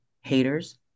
haters